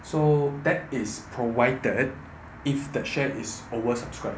so that is provided if the share is over subscribed